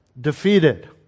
defeated